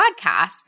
podcast